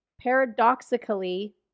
paradoxically